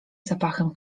zapachem